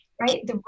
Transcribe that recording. right